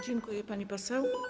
Dziękuję, pani poseł.